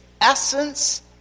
essence